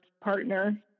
partner